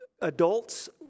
adults